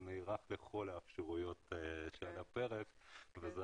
הוא נערך לכל האפשרויות שעל הפרק וזאת